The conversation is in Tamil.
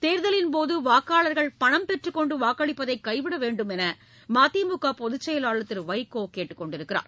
தேர்தலின் போது வாக்காளர்கள் பணம் பெற்றுக் கொண்டு வாக்களிப்பதை கைவிட வேண்டும் என மதிமுக பொகுச் செயலாளர் திரு வைகோ கேட்டுக் கொண்டுள்ளார்